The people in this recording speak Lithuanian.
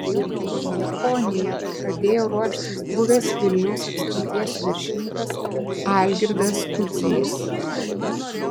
kelionei į japoniją pradėjo ruoštis buvęs vilniaus apskrities viršininkas algirdas kudzys